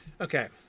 Okay